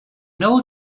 know